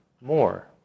more